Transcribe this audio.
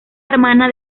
hermana